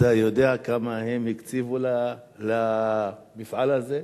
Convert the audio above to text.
אתה יודע כמה הם הקציבו למפעל הזה?